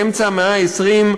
באמצע המאה ה-20,